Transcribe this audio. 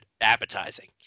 appetizing